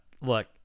Look